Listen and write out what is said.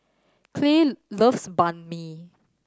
Clay loves Banh Mi